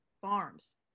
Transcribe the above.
farms